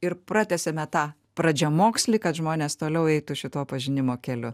ir pratęsėme tą pradžiamokslį kad žmonės toliau eitų šituo pažinimo keliu